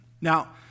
Now